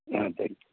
ah thank you